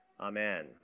amen